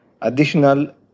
additional